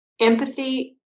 empathy